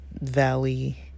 Valley